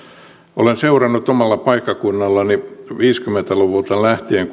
olen seurannut omalla paikkakunnallani viisikymmentä luvulta lähtien